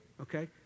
okay